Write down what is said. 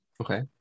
Okay